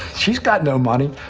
she's got no money,